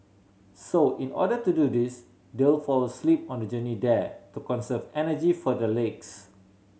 so in order to do this they'll fall asleep on the journey there to conserve energy for the legs